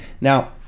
Now